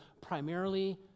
primarily